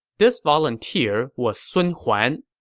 this volunteer was sun huan.